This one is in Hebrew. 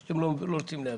או שאתם לא רוצים להבין.